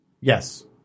Yes